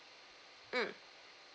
mm